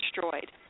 destroyed